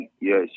Yes